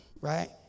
right